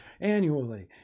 annually